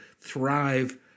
thrive